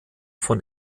von